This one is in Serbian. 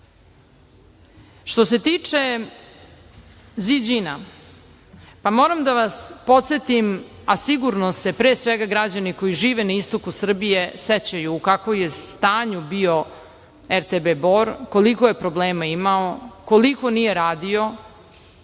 se tiče Zi Đina. Moram da vas podsetim, a sigurno se pre svega građani koji žive na istoku Srbije sećaju u kakvom je stanju bio RTB Bor, koliko je problema imao, koliko nije radio,